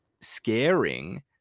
scaring